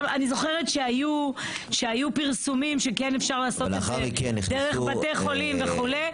גם אני זוכרת שהיו פרסומים שכן אפשר לעשות את זה דרך בתי חולים וכו'.